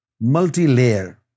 multi-layer